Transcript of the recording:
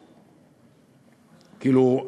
כאילו,